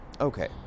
Okay